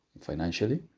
financially